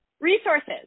resources